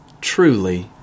truly